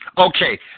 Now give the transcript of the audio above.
Okay